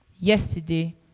yesterday